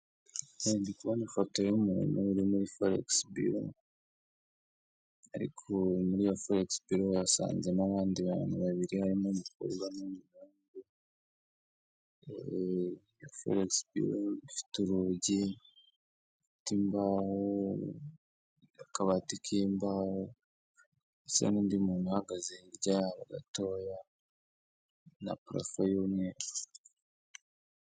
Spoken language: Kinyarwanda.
Ku bona ifoto y'umuntu uri muri forekisi biro arik muri iyo forekisi biro wasanzemo abandi bantu babiri harimo umukobwa n'umuhungu iyo forekisi biro ifite urugi rufite imbaho, akabati k'imbaho ndtetse n'undi muntu uhagaze hirya ya'aho gatoya na parafo y'umweru.